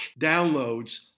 downloads